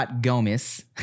Gomez